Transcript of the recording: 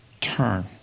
Turn